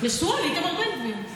היא נשואה לאיתמר בן גביר.